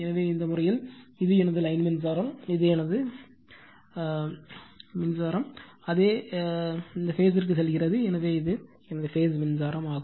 எனவே இந்த முறையில் இது எனது லைன் மின்சாரம் இது எனது லைன் மின்சாரம் அதே மின்சாரம் இந்த பேஸ் ற்கு செல்கிறது எனவே இது எனது பேஸ் மின்சாரமாகும்